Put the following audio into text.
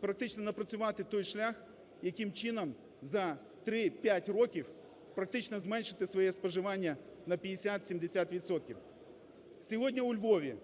практично напрацювати той шлях, яким чином за 3-5 років, практично, зменшити своє споживання на 50-70 відсотків. Сьогодні у Львові,